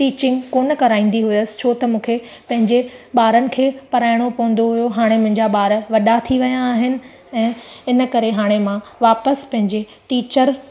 teaching कोन्ह कराईंदी हुयसि छो त मूंखे पंहिंजे ॿारनि खे पढ़ाइणो पवंदो हुयो हाणे मुंहिंजा ॿार वॾा थी विया आहिनि ऐं इन करे हाणे मां वापसि पंहिंजे टीचर